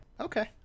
Okay